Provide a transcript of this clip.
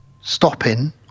stopping